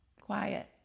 Quiet